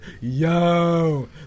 yo